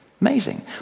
amazing